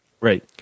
Right